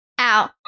Ow